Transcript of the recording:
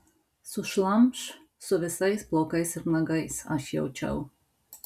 sušlamš su visais plaukais ir nagais aš jaučiau